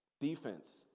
Defense